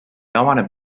avaneb